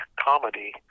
comedy